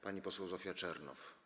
Pani poseł Zofia Czernow.